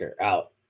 out